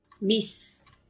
Miss